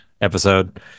episode